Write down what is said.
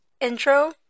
intro